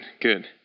Good